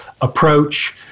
approach